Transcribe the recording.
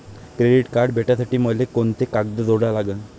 Credit card भेटासाठी मले कोंते कागद जोडा लागन?